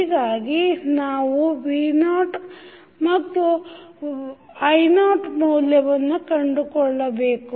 ಹೀಗಾಗಿ ನಾವು v0 and i0 ಮೌಲ್ಯವನ್ನು ಕೊಂಡುಕೊಳ್ಳಬೇಕು